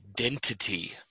identity